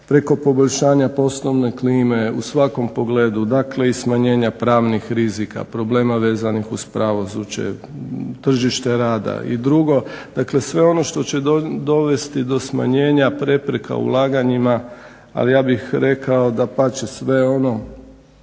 preko poboljšanja poslovne klime, u svakom pogledu, dakle i smanjenja pravnih rizika, problema vezanih uz pravosuđe, tržište rada i drugo. Dakle, sve ono što će dovesti do smanjenja prepreka ulaganjima, ali ja bih rekao dapače sve ono